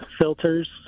filters